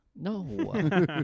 No